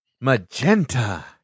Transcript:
Magenta